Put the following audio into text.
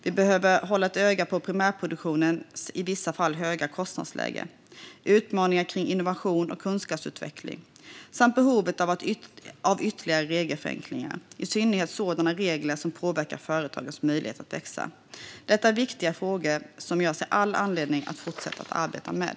Vi behöver hålla ett öga på primärproduktionens i vissa fall höga kostnadsläge, utmaningarna kring innovation och kunskapsutveckling samt behovet av ytterligare regelförenklingar, i synnerhet sådana regler som påverkar företagens möjlighet att växa. Detta är viktiga frågor som jag ser all anledning att fortsätta arbeta med.